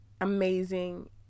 amazing